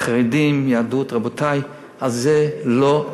מגזר חרדים, יהדות, רבותי, על זה לא,